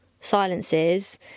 silences